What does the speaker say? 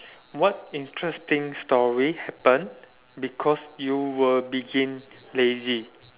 what interesting story happened because you were being lazy